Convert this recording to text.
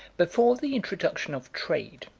before the introduction of trade,